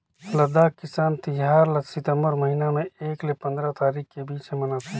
लद्दाख किसान तिहार ल सितंबर महिना में एक ले पंदरा तारीख के बीच में मनाथे